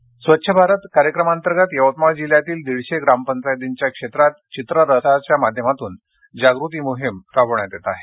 यवतमाळ स्वच्छ भारत कार्यक्रमाअंतर्गत यवतमाळ जिल्ह्यातील दीडशे ग्रामपंचायतींच्या क्षेत्रात चित्ररथाच्या माध्यमातून जागृती मोहिम राबवण्यात येत आहे